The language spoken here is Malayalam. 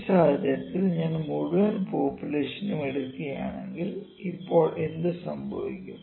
ഈ സാഹചര്യത്തിൽ ഞാൻ മുഴുവൻ പോപുലേഷനും എടുക്കുകയാണെങ്കിൽ ഇപ്പോൾ എന്ത് സംഭവിക്കും